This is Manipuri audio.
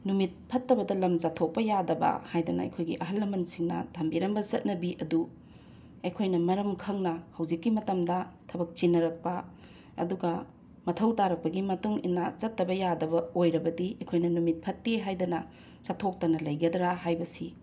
ꯅꯨꯃꯤꯠ ꯐꯠꯇꯕꯗ ꯂꯝ ꯆꯠꯊꯣꯛꯄ ꯌꯥꯗꯕ ꯍꯥꯏꯗꯅ ꯑꯩꯈꯣꯏꯒꯤ ꯑꯍꯜ ꯂꯃꯟꯁꯤꯡꯅ ꯊꯝꯕꯤꯔꯝꯕ ꯆꯠꯅꯕꯤ ꯑꯗꯨ ꯑꯩꯈꯣꯏꯅ ꯃꯔꯝ ꯈꯪꯅ ꯍꯧꯖꯤꯛꯀꯤ ꯃꯇꯝꯗ ꯊꯕꯛ ꯆꯤꯟꯅꯔꯛꯄ ꯑꯗꯨꯒ ꯃꯊꯧ ꯇꯥꯔꯛꯄꯒꯤ ꯃꯇꯨꯡ ꯏꯟꯅ ꯆꯠꯇꯕ ꯌꯥꯗꯕ ꯑꯣꯏꯔꯕꯗꯤ ꯑꯩꯈꯣꯏꯅ ꯅꯨꯃꯤꯠ ꯐꯠꯇꯦ ꯍꯥꯏꯗꯅ ꯆꯠꯊꯣꯛꯇꯅ ꯂꯩꯒꯗ꯭ꯔꯥ ꯍꯥꯏꯕꯁꯤ